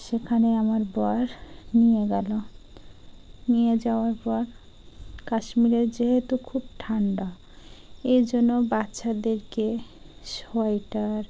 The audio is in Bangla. সেখানে আমার বর নিয়ে গেলো নিয়ে যাওয়ার পর কাশ্মীরে যেহেতু খুব ঠান্ডা এই জন্য বাচ্চাদেরকে সোয়েটার